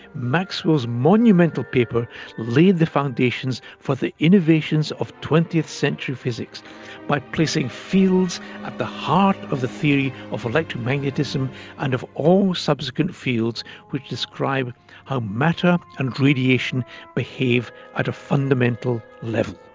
maxwell's monumental paper laid the foundations for the innovations of twentieth century physics by placing fields at the heart of the theory of electromagnetism and of all subsequent fields which describe how matter and radiation behave at a fundamental level.